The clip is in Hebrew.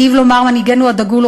היטיב לומר מנהיגנו הדגול,